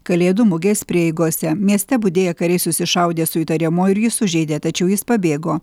kalėdų mugės prieigose mieste budėję kariai susišaudė su įtariamuoju ir jį sužeidė tačiau jis pabėgo